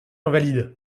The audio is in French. invalides